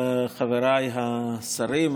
חבריי השרים,